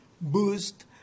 boost